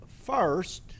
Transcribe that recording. first